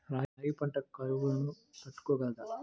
రాగి పంట కరువును తట్టుకోగలదా?